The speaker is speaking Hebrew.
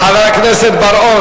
חבר הכנסת בר-און.